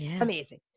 Amazing